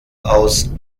aus